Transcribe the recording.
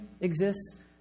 exists